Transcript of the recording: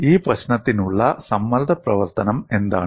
ഈ പ്രശ്നത്തിനുള്ള സമ്മർദ്ദ പ്രവർത്തനം എന്താണ്